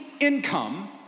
income